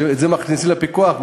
את זה מכניסים לפיקוח,